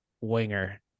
winger